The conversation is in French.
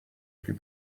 plus